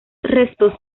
restos